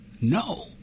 No